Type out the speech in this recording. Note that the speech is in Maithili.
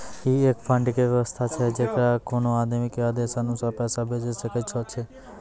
ई एक फंड के वयवस्था छै जैकरा कोनो आदमी के आदेशानुसार पैसा भेजै सकै छौ छै?